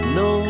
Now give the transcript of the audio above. no